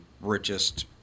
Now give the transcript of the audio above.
richest